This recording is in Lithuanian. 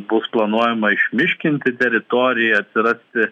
bus planuojama išmiškinti teritoriją atsirasti